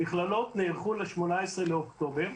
המכללות נערכו ל-18 באוקטובר,